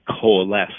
coalesce